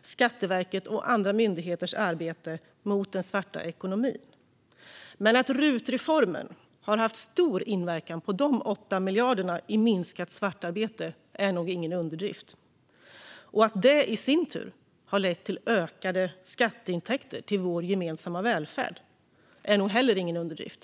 Skatteverkets och andra myndigheters arbete mot den svarta ekonomin. Men att RUT-reformen har haft stor inverkan på de 8 miljarderna i minskat svartarbete är nog ingen överdrift, och att det i sin tur har lett till ökade skatteintäkter till vår gemensamma välfärd är nog heller ingen överdrift.